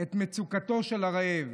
את מצוקתו של הרעב.